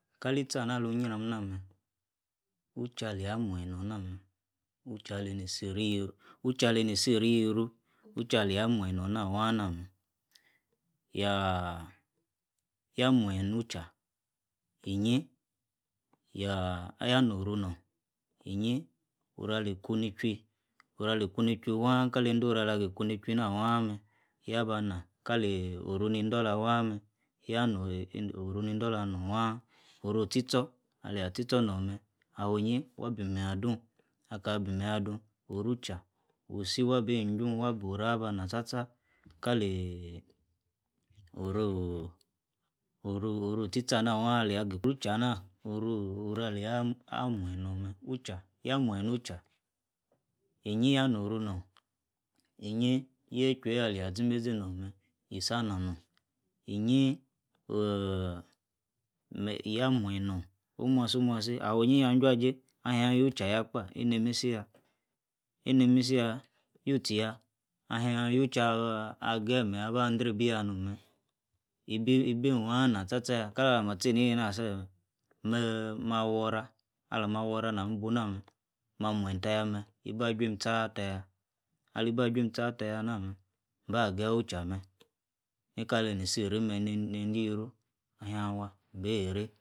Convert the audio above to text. Kali- itchi anah alun nyiorm nah- meh ucha alia muenyi nonh nah-meh. ucha aleini siri yiru. ucha aleini siri yiru. ucha alia muenyi nonh na wah na meh. yah!! Yah muenyi nu- cha, inyi, yah noru nonh. inyi orali kuni chwui. orah li kuni chwui wah kaleindoru ala- gl kunichwui nah wah meh. yaba nah, kali oru ni do lah wah meh. yah neh oru ni dollah norn wah, oro- tchi- tchor, alia tchi- tchor norn meh, awinyi wabi menyi adun. akah bimenyi adun oru- cha, wisi- abi chwun- wah hror ab na tcha- tcha, kaleeh, oro, oro. oro tchi- tchor anah wah aliagi- ucha- ah- nah oro- ora lia amuenyi norn norm, ucha. yah muenyi nu- ucha, inyi yah noru norh. inyi. yei chwueiyi alia zimeizi norh meh. isa nah- norhn. inyi oorh. yah muenyi norn, omuasi- omuasi, inyi nia juajei ahia yu-chayah kpah inimisi yah. inimisi yah. youtchi yah. ahia your-tcha ageyi- menyi aba dribi yah no'm meh, ibi- ibeim wah i nah tcha- tcha yah. kalala mah tchei neina sef- meh neeh. man- worah, alama worah narr- bu nameh. mah muenyi tah yah meh. iba- chwuim tchaah tayah. alibi ah- chwuim tchaah tayah nah- meh. mba geyi ucha- ah meh. ika leini siri meh ni- nieidi- ru ahhia wah. imbi- ri